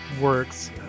works